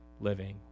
living